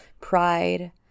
pride